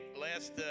last